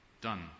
done